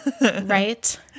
Right